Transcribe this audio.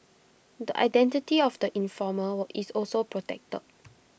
the identity of the informer is also protected